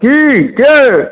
की के